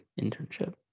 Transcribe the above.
internship